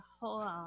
whole